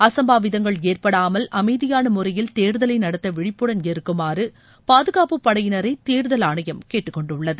அசாம்பாவிதங்கள் ஏற்படாமல் அமைதியான முறையில் தேர்தலை நடத்த விழிப்புடன் இருக்குமாறு பாதுகாப்புப்படையினரை தேர்தல் ஆணையம் கேட்டுக்கொண்டுள்ளது